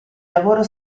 lavoro